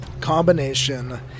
combination